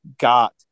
got